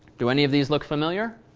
do any of these look familiar?